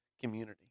community